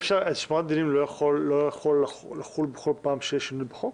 שמירת דינים לא יכולה לחול בכל פעם שיש שינוי בחוק?